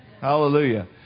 Hallelujah